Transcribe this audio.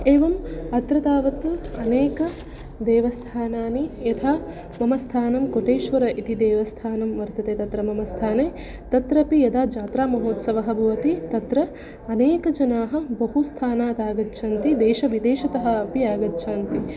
एवम् अत्र तावत् अनेक देवस्थानानि यथा सोमस्थानं कोटेश्वर इति देवस्थानं विद्यते तत्र मम स्थाने तत्रापि यदा जात्रामहोत्सवः भवति तत्र अनेकजनाः बहु स्थानातागच्छन्ति देशविदेशतः अपि आगच्छन्ति